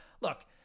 Look –